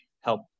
help